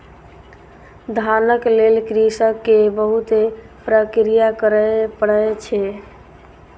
धानक लेल कृषक के बहुत प्रक्रिया करय पड़ै छै